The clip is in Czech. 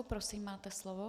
Prosím, máte slovo.